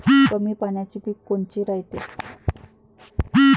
कमी पाण्याचे पीक कोनचे रायते?